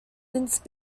since